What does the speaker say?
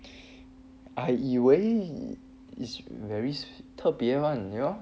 I 以为 is very 特别 [one] you know